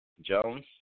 Jones